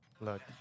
look